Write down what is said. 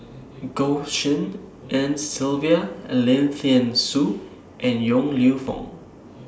Goh Tshin En Sylvia Lim Thean Soo and Yong Lew Foong